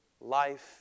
life